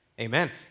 Amen